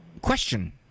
question